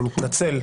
אני מתנצל.